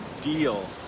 deal